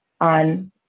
on